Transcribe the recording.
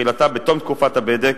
שתחילתה בתום תקופת הבדק,